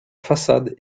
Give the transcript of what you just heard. façades